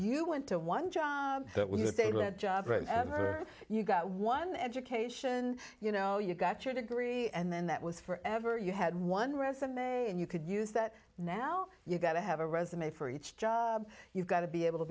you went to one job that was job or you got one education you know you got your degree and then that was forever you had one resume and you could use that now you've got to have a resume for each job you've got to be able to